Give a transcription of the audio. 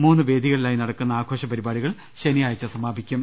മൂന്ന് വേദികളിലായി നടക്കുന്ന ആഘോഷ പരിപാടികൾ ശനിയാഴ്ച്ച സമാപിക്കും